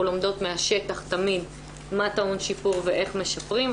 לומדות מהשטח תמיד מה טעון שיפור ואיך משפרים,